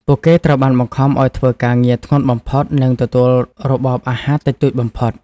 ពួកគេត្រូវបានបង្ខំឱ្យធ្វើការងារធ្ងន់បំផុត និងទទួលរបបអាហារតិចតួចបំផុត។